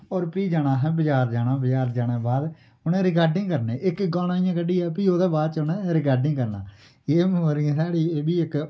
और फ्ही जाना असैं बजारा जाना बजार जाने दे बाद उने रिकार्डिंग करने इक इक गाना इय्यां कड्ढियै फ्ही ओह्दे बाद च उनै रिकार्डिंग करना एह् मैमोरी ऐ साढ़ी एह् बी इक